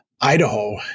Idaho